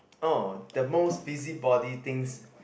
oh the most busybody things